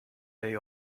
day